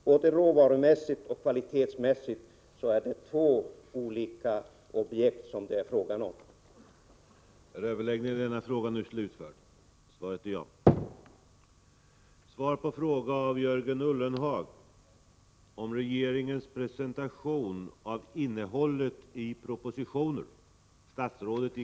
Både råvarumässigt och kvalitetsmässigt är det fråga om två olika objekt.